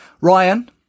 Ryan